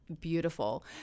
beautiful